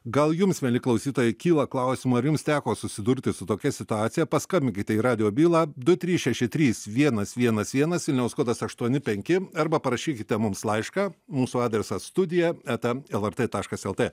gal jums mieli klausytojai kyla klausimų ar jums teko susidurti su tokia situacija paskambinkite į radijo bylą du trys šeši trys vienas vienas vienas vilniaus kodas aštuoni penki arba parašykite mums laišką mūsų adresas studija eta lrt taškas lt